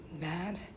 mad